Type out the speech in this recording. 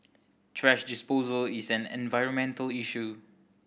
thrash disposal is an environmental issue